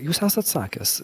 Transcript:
jūs esat sakęs